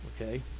okay